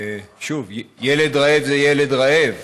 שוב, ילד רעב זה ילד רעב,